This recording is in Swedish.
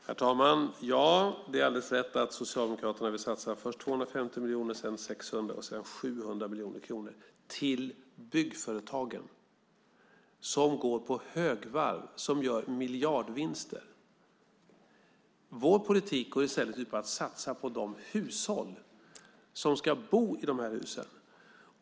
Herr talman! Ja, det är alldeles rätt att Socialdemokraterna vill satsa först 250 miljoner och sedan 600 miljoner och därefter 700 miljoner kronor på byggföretagen som ju går på högvarv och som gör miljardvinster . Vår politik går i stället ut på att satsa på de hushåll som ska bo i husen.